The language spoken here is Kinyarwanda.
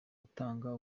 utanga